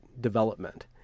development